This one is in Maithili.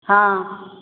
हँ